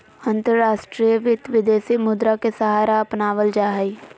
अंतर्राष्ट्रीय वित्त, विदेशी मुद्रा के सहारा अपनावल जा हई